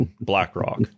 BlackRock